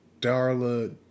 darla